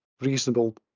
reasonable